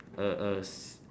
a a s~